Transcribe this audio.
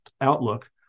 outlook